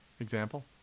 Example